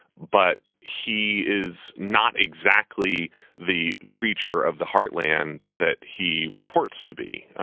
but he is not exactly the creature of the heartland that he purports to be.